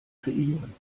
kreieren